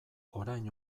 orain